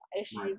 issues